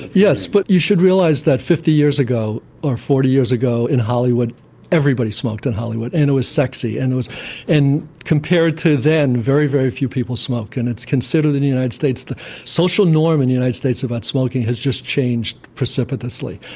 yes, but you should realise that fifty years ago or forty years ago in hollywood everybody smoked in hollywood and it was sexy, and and compared to then, very, very few people smoke. and it's considered in the united states, the social norm in the united states about smoking has just changed precipitously.